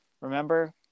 Remember